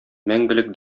мәңгелек